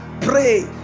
Pray